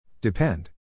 Depend